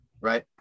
right